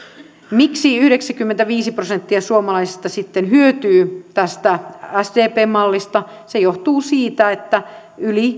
miksi yhdeksänkymmentäviisi prosenttia suomalaisista sitten hyötyy tästä sdpn mallista se johtuu siitä että yli